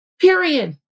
period